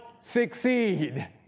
succeed